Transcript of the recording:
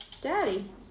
daddy